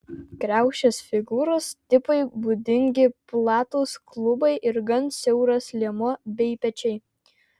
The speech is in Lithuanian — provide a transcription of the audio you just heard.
kriaušės figūros tipui būdingi platūs klubai ir gan siauras liemuo bei pečiai